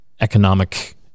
economic